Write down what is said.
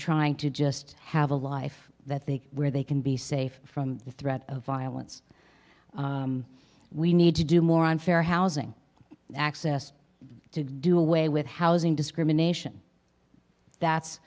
trying to just have a life that the where they can be safe from the threat of violence we need to do more on fair housing access to do away with housing discrimination that's